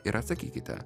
ir atsakykite